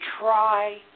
try